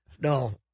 no